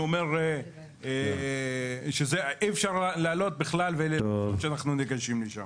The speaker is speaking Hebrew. שאומר שאי אפשר להעלות בכלל שאנחנו נגשים לשם.